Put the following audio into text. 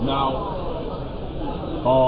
Now